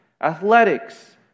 athletics